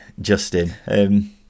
Justin